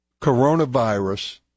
coronavirus